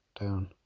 down